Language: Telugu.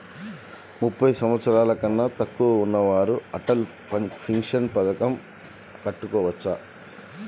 ముప్పై సంవత్సరాలకన్నా తక్కువ ఉన్నవారు అటల్ పెన్షన్ పథకం కట్టుకోవచ్చా?